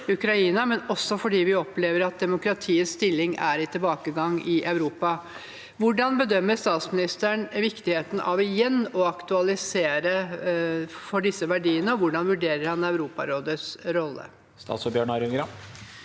men også fordi vi opplever at demokratiets stilling er i tilbakegang i Europa. Hvordan bedømmer statsministeren viktigheten av igjen å aktualisere arbeidet for disse verdiene, og hvordan vurderer han Europarådets rolle?»